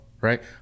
Right